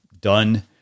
Done